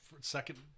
second